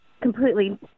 completely